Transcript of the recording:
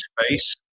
space